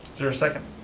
is there a second?